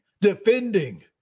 defending